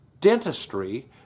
dentistry